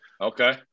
Okay